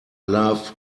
love